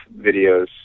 videos